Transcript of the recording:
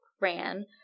ran